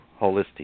holistic